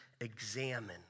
examine